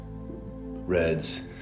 reds